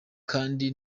kandi